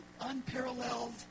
unparalleled